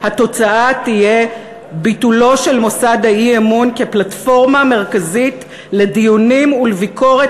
התוצאה תהיה ביטולו של מוסד האי-אמון כפלטפורמה מרכזית לדיונים ולביקורת